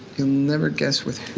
you'll never guess with who.